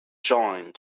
joint